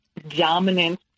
dominant